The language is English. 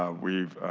ah we've